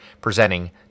presenting